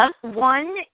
One